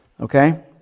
Okay